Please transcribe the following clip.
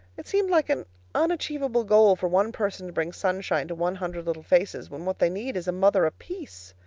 it seemed like an unachievable goal for one person to bring sunshine to one hundred little faces when what they need is a mother apiece.